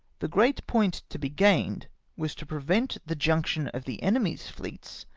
the great point to be gained was to prevent the junction of the enemies' fleets,